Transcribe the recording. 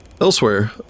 Elsewhere